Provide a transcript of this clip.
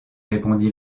répondit